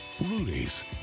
Rudy's